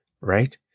right